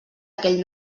aquell